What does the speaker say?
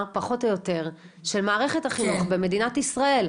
פחות או יותר של מערכת החינוך במדינת ישראל.